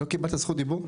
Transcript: לא קיבלת זכות דיבור?